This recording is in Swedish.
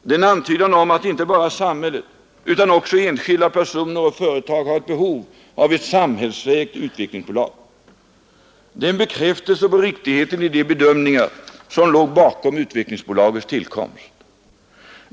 Det är en antydan om att inte bara samhället utan också enskilda personer och företag har ett behov av ett samhällsägt utvecklingsbolag. Det är en bekräftelse på riktigheten i de bedömningar som låg bakom Utvecklingsbolagets tillkomst.